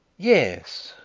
yes,